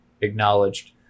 acknowledged